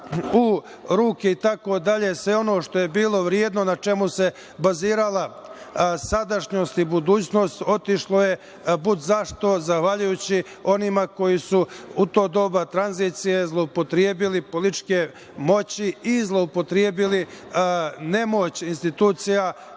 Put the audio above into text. u ruke itd. Sve ono što je bilo vredno, na čemu se bazirala sadašnjost i budućnost, otišlo je budzašto, zahvaljujući onima koji su u to doba tranzicije zloupotrebili političke moći i zloupotrebili nemoć institucija